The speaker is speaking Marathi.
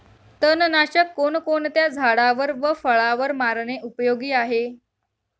तणनाशक कोणकोणत्या झाडावर व फळावर मारणे उपयोगी आहे?